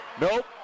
nope